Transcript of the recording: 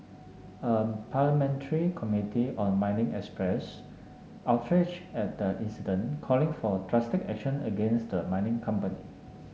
a parliamentary committee on mining expressed outrage at the incident calling for drastic action against the mining company